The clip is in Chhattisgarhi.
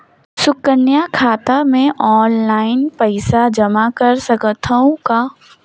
सुकन्या खाता मे ऑनलाइन पईसा जमा कर सकथव का?